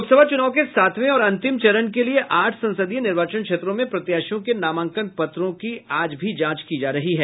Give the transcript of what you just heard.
लोकसभा चुनाव के सातवें और अंतिम चरण के लिए आठ संसदीय निर्वाचन क्षेत्रों में प्रत्याशियों के नामांकन पत्रों की जांच की जा रही है